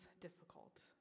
difficult